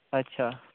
अच्छा